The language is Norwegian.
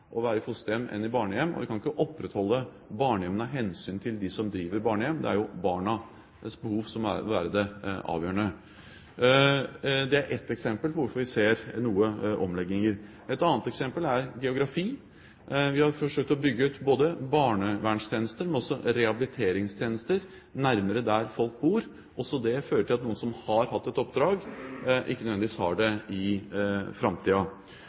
å være i fosterhjem enn i barnehjem, og vi kan ikke opprettholde barnehjemmene av hensyn til dem som driver barnehjem. Det er jo barnas behov som må være det avgjørende. Det er ett eksempel på hvorfor vi ser noen omlegginger. Et annet eksempel er geografi. Vi har forsøkt å bygge ut både barnevernstjenester og rehabiliteringstjenester nærmere der folk bor. Også det fører til at noen som har hatt et oppdrag, ikke nødvendigvis har det i